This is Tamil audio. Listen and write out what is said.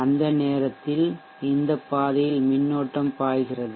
அந்த நேரத்தில் இந்த பாதையில் மின்னோட்டம் பாய்கிறது